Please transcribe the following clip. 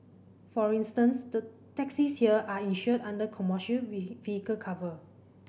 for instance the taxis here are insured under commercial vehicle cover